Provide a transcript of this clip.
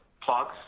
plugs